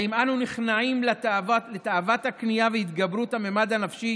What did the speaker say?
האם אנו נכנעים לתאוות הקנייה והתגברות הממד הנפשי